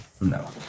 No